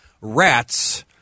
rats